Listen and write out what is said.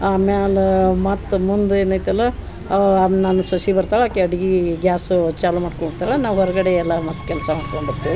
ಆಮ್ಯಾಲೆ ಮತ್ತೆ ಮುಂದೇನು ಐತಲ್ಲಾ ನನ್ನ ಸೊಸಿ ಬರ್ತಾಳ ಆಕಿ ಅಡ್ಗೀ ಗ್ಯಾಸು ಚಾಲು ಮಾಡ್ಕೊಳ್ತಳ ನಾ ಹೊರಗಡೆ ಎಲ್ಲಾ ಮತ್ತೆ ಕೆಲಸ ಮಾಡ್ಕೋಂಡು ಬರ್ತೇವಿ